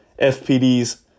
FPD's